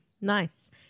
Nice